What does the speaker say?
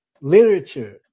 literature